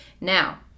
Now